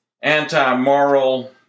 anti-moral